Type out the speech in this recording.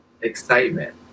excitement